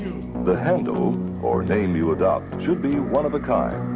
the handle or name you adopted should be one of a kind,